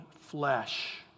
flesh